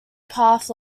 path